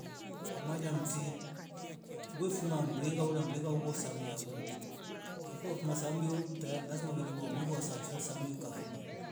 Kwa manya mti we fuma mringao na mringa woo samia wu, kwekua akuma sambio mteyari lazima uven maumivu asabishwa sami ukafuma